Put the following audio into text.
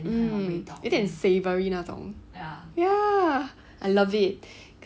um 有一点 savoury 那种 ya I love it